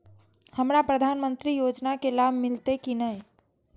हमरा प्रधानमंत्री योजना के लाभ मिलते की ने?